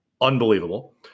Unbelievable